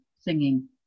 singing